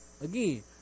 Again